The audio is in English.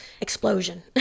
explosion